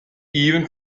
even